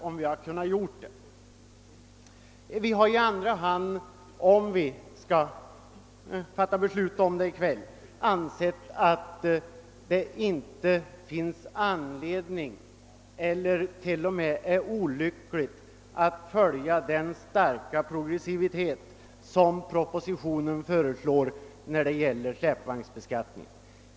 Om beslutet skall fattas i kväll, anser vi att det inte finns anledning — det vore t.o.m. olyckligt — att bestämma sig för den starka progressivitet i fråga om släpvagnsbeskattningen som föreslås i propositionen.